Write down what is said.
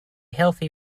healthy